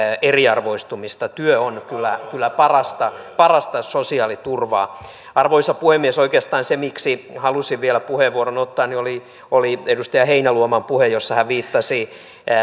eriarvoistumista työ on kyllä kyllä parasta parasta sosiaaliturvaa arvoisa puhemies oikeastaan syynä siihen miksi halusin vielä puheenvuoron ottaa oli oli edustaja heinäluoman puhe jossa hän viittasi